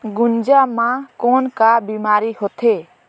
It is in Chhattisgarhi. गुनजा मा कौन का बीमारी होथे?